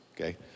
okay